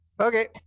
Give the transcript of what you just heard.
Okay